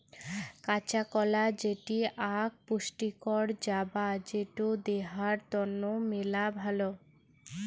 কাঁচা কলা যেটি আক পুষ্টিকর জাবা যেটো দেহার তন্ন মেলা ভালো